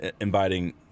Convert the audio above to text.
inviting